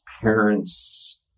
parents